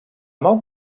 mal